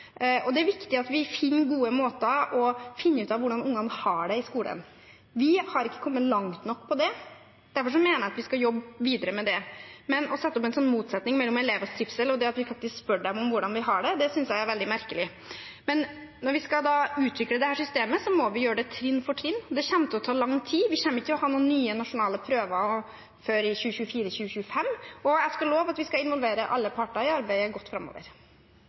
og det er viktig at vi utvikler gode måter for å finne ut av hvordan ungene har det i skolen. Vi har ikke kommet langt nok på det. Derfor mener jeg at vi skal jobbe videre med det. Men å sette opp en motsetning mellom elevers trivsel og det at vi faktisk spør dem om hvordan de har det, synes jeg er veldig merkelig. Når vi skal utvikle dette systemet, må vi gjøre det trinn for trinn. Det kommer til å ta lang tid. Vi kommer ikke til å ha noen nye nasjonale prøver før i 2024–2025, og jeg skal love at vi framover skal involvere alle parter godt i arbeidet.